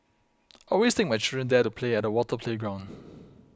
always take my children there to play at the water playground